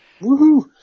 Woohoo